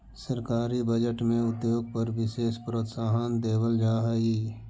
सरकारी बजट में उद्योग पर विशेष प्रोत्साहन देवल जा हई